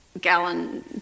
Gallon